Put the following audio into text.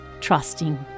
trusting